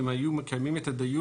לו היו מקיימים את הדיון,